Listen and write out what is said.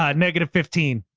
um negative fifteen.